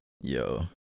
Yo